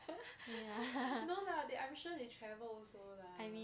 no lah they I'm sure they travel also lah